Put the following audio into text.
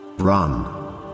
run